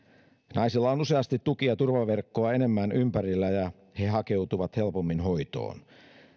naisilla on useasti tuki ja turvaverkkoa enemmän ympärillään ja he hakeutuvat helpommin hoitoon